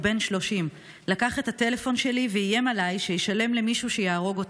הוא בן 30. לקח את הטלפון שלי ואיים עליי שישלם למישהו שיהרוג אותי.